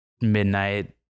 midnight